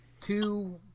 two